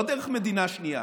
לא דרך מדינה שנייה.